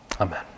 Amen